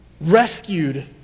rescued